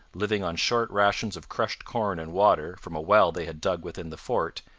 living on short rations of crushed corn and water from a well they had dug within the fort,